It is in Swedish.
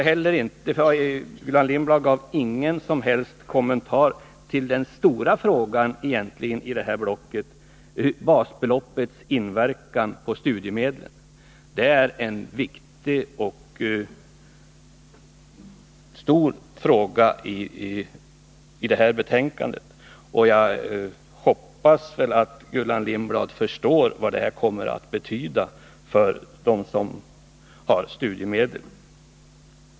Gullan Lindblad gav inga som helst kommentarer till vad som i det här blocket egentligen är den stora frågan: basbeloppets inverkan på studiemedlen. Det är en viktig och stor fråga, och jag hoppas att Gullan Lindblad förstår vad det här kommer att betyda för dem som får studiemedel.